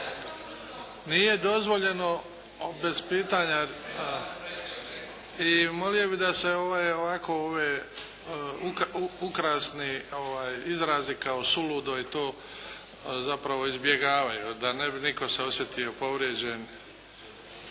Nije dozvoljeno bez pitanja i molio bi da se ovako ove, ukrasni izrazi kao suludo i to zapravo izbjegavaju da ne bi nitko se osjetio povrijeđen